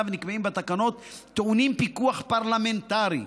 ונקבעים בתקנות טעונים פיקוח פרלמנטרי,